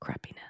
crappiness